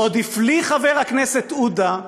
ועוד הפליא חבר הכנסת עודה,